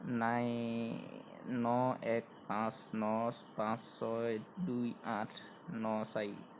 নাই ন এক পাঁচ ন ছয় দুই আঠ ন চাৰি